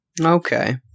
Okay